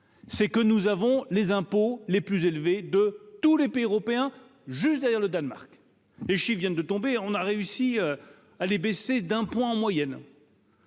c'est que nous avons les impôts les plus élevés de tous les pays européens, juste derrière le Danemark et viennent de tomber, on a réussi à les baisser d'un point en moyenne.